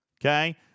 Okay